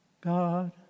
God